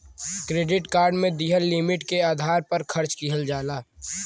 credit card में दिहल limit के आधार पर खर्च किहल जाला